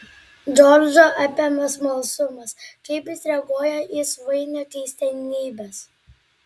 džordžą apėmė smalsumas kaip jis reaguoja į svainio keistenybes